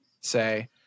say